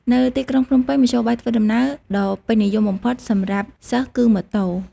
នៅទីក្រុងភ្នំពេញ មធ្យោបាយធ្វើដំណើរដ៏ពេញនិយមបំផុតសម្រាប់សិស្សគឺម៉ូតូ។